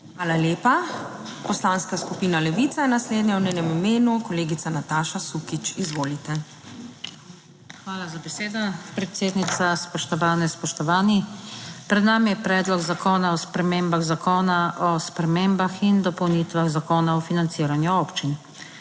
Hvala lepa. Poslanska skupina Levica je naslednja, v njenem imenu kolegica Nataša Sukič. Izvolite. **NATAŠA SUKIČ (PS Levica):** Hvala za besedo, predsednica. Spoštovane, spoštovani! Pred nami je Predlog zakona o spremembah Zakona o spremembah in dopolnitvah Zakona o financiranju občin.